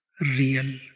real